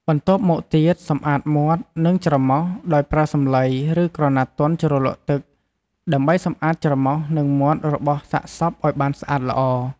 បន្ទាប់មកទៀតសម្អាតមាត់ និងច្រមុះ ដោយប្រើសំឡី ឬក្រណាត់ទន់ជ្រលក់ទឹក ដើម្បីសម្អាតច្រមុះ និងមាត់របស់សាកសពឲ្យបានស្អាតល្អ។